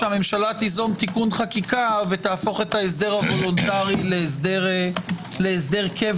כשהממשלה תיזום תיקון חקחיקה ותהפוך את ההסדר הוולונטרי להסדר קבע,